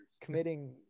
committing